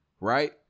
right